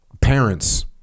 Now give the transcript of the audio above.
Parents